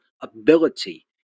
ability